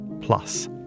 plus